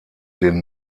den